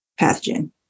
pathogen